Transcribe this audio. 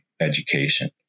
education